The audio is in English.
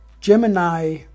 Gemini